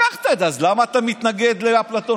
לקחת את זה, אז למה אתה מתנגד לאפלטון?